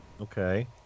Okay